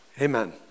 amen